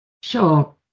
Sure